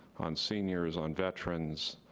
on seniors, on veterans,